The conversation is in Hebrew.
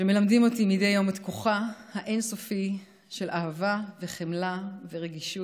שמלמדים אותי מדי יום את כוחה האין-סופי של אהבה וחמלה ורגישות.